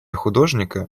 художника